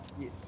Yes